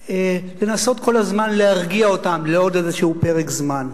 לנסות כל הזמן להרגיע אותם לעוד איזשהו פרק זמן.